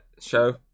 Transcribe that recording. show